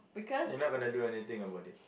and you not gonna do anything about it